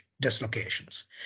Dislocations